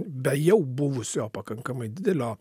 be jau buvusio pakankamai didelio